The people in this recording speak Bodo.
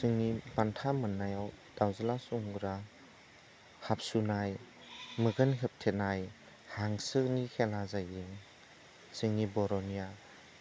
जोंनि बान्था मोननायाव दाउज्ला सौग्रा हाबसोनाय मेगन होबथेनाय हांसोनि खेला जायोमोन जोंनि बर'निया